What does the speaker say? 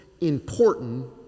important